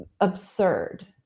absurd